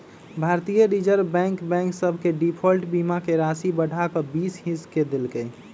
भारतीय reserve bank bank सभ के डिफॉल्ट बीमा के राशि बढ़ा कऽ बीस हिस क देल्कै